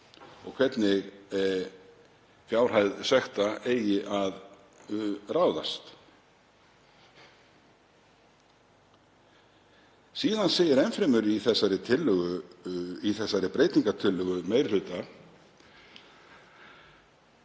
og hvernig fjárhæð sekta eigi að ráðast. Síðan segir enn fremur í breytingartillögu meiri